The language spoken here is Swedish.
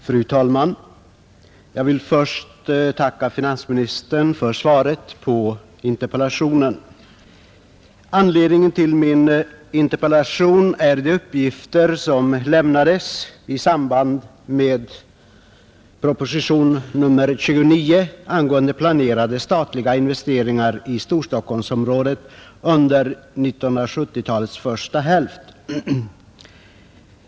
Fru talman! Jag vill först tacka finansministern för svaret på interpellationen. Anledningen till min interpellation är de uppgifter som lämnades i samband med proposition nr 29 angående planerade statliga investeringar i Storstockholmsområdet under 1970-talets första hälft.